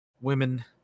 women